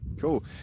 Cool